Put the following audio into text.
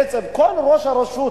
בעצם כל ראש רשות,